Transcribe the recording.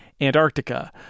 Antarctica